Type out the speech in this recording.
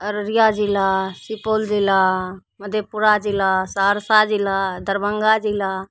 अररिया जिला सुपौल जिला मधेपुरा जिला सहरसा जिला दरभङ्गा जिला